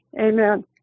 Amen